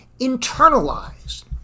internalized